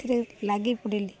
ଏଥିରେ ଲାଗି ପଡ଼ିଲି